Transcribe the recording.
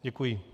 Děkuji.